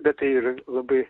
bet tai ir labai